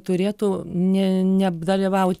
turėtų ne ne dalyvaut